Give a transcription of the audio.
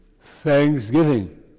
thanksgiving